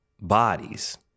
bodies